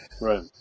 Right